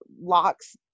locks